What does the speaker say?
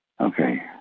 Okay